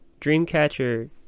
Dreamcatcher